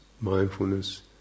mindfulness